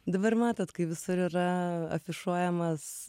dabar matot kai visur yra afišuojamas